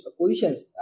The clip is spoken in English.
positions